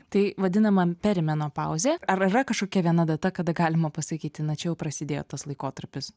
tai vadinama perimenopauzė ar yra kažkokia viena data kada galima pasakyti na čia jau prasidėjo tas laikotarpis